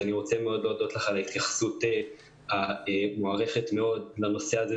אני מודה לך מאוד על ההתייחסות המוערכת מאוד לנושא הזה.